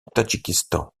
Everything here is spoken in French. tadjikistan